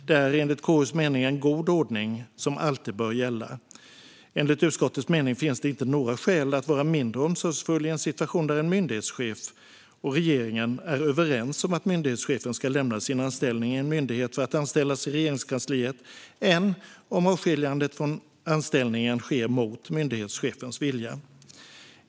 Det här är enligt KU:s mening en god ordning, som alltid bör gälla. Enligt utskottets mening finns det inte några skäl att vara mindre omsorgsfull i en situation där en myndighetschef och regeringen är överens om att myndighetschefen ska lämna sin anställning i en myndighet för att anställas i Regeringskansliet än om avskiljandet från anställningen sker mot myndighetschefens vilja.